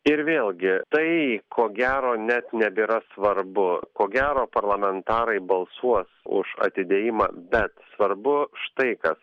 ir vėlgi tai ko gero net nebėra svarbu ko gero parlamentarai balsuos už atidėjimą bet svarbu štai kas